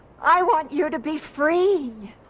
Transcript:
i want you to be free!